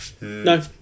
No